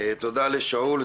תודה לשאול.